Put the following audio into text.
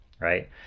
right